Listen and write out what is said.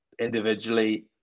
individually